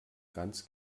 ganz